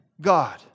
God